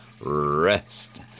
rest